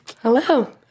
Hello